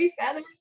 feathers